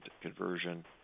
conversion